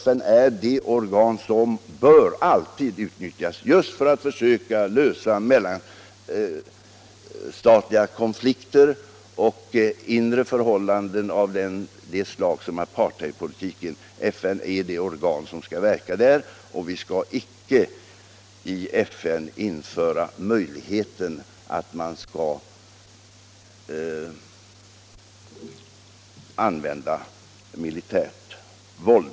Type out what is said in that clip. FN är det organ som alltid bör utnyttjas just för att försöka lösa mellanstatliga konflikter och ändra på inre förhållanden av det slag som apartheidpolitiken utgör. FN är det organ som skall verka där, men vi skall i FN icke införa möjligheten att använda militärt våld.